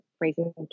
raising